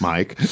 Mike